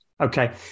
Okay